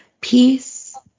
peace